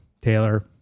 Taylor